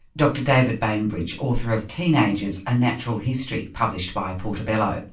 dr david bainbridge author of teenagers a natural history published by portobello.